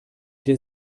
der